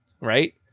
Right